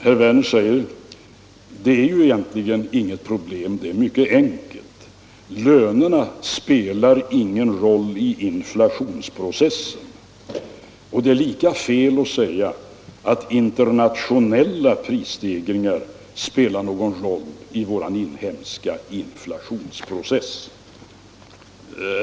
Herr Werner påstår att det egentligen är mycket enkelt att stoppa inflationen, att lönerna inte spelar någon roll i inflationsprocessen och att det är lika fel att de internationella prisstegringarna spelar någon roll i vår inhemska inflationsprocess.